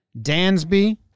Dansby